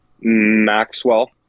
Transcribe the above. Maxwell